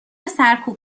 سرکوب